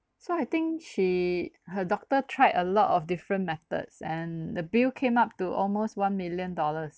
so I think she her doctor tried a lot of different methods and the bill came up to almost one million dollars